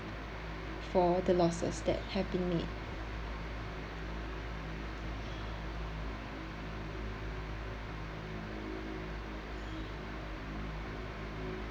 for the losses that have been made